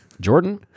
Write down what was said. Jordan